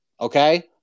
okay